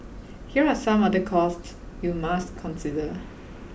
here are some other costs you must consider